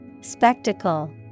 Spectacle